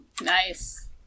Nice